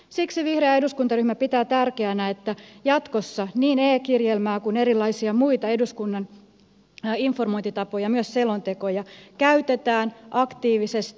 siksi vihreä eduskuntaryhmä pitää tärkeänä että jatkossa niin e kirjelmää kuin erilaisia muita eduskunnan informointitapoja myös selontekoja käytetään aktiivisesti